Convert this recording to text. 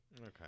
Okay